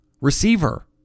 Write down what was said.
Receiver